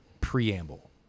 preamble